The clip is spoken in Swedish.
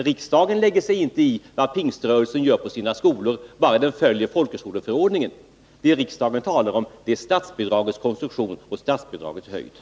Riksdagen lägger sig inte i vad Pingströrelsen gör på sina skolor, bara den följer folkhögskoleförordningen. Vad riksdagen talar om är statsbidragets konstruktion och statsbidragets storlek.